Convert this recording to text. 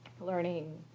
learning